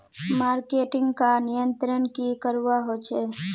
Marketing का नियंत्रण की करवा होचे?